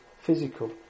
physical